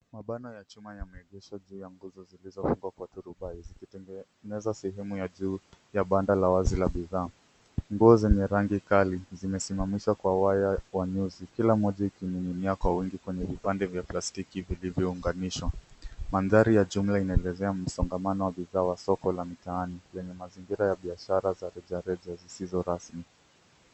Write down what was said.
Mabano ya chuma yameegeshwa juu ya nguzo zilizowekwa kwa turubai, zikitengeneza sehemu ya juu ya banda la wazi la bidhaa. Nguo zenye rangi kali zimesimamishwa kwa waya wa nyuzi, kila moja ikining'inia kwa wingi kwenye vipande vya plastiki vilivyounganishwa. Mandhari ya jumla inaelezea msongamano wa bidhaa wa soko la mtaani yenye mazingira ya biashara za rejareja zisizo rasmi.